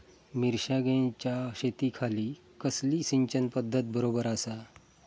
मिर्षागेंच्या शेतीखाती कसली सिंचन पध्दत बरोबर आसा?